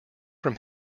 from